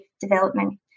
development